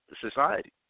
society